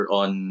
on